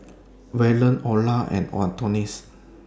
Waylon Orah and Adonis